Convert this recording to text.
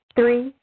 Three